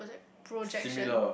projection